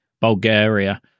Bulgaria